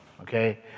okay